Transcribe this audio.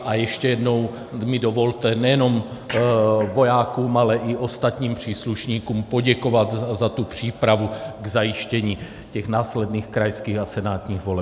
A ještě jednou mi dovolte nejenom vojákům, ale i ostatním příslušníkům poděkovat za tu přípravu k zajištění následných krajských a senátních voleb.